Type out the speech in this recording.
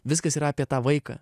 viskas yra apie tą vaiką